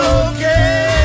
okay